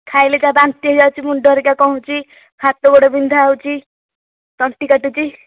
ଖାଇଲେ ଯାହା ବାନ୍ତି ହୋଇଯାଉଛି ମୁଣ୍ଡ ହେରିକା କ'ଣ ହୋଇଯାଉଛି ହାତ ଗୋଡ଼ ବିନ୍ଧା ହେଉଛି ତଣ୍ଟି କାଟୁଛି